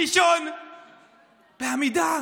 לישון בעמידה.